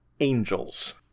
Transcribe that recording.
angels